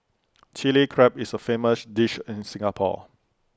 Chilli Crab is A famous dish in Singapore